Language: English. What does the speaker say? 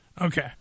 Okay